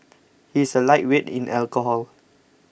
he is a lightweight in alcohol